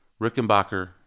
Rickenbacker